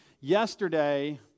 yesterday